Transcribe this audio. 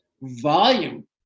volume